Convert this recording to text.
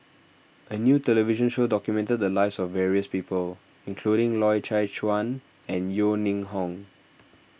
a new television show documented the lives of various people including Loy Chye Chuan and Yeo Ning Hong